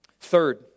Third